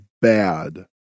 bad